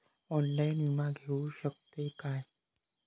Online विमा घेऊ शकतय का?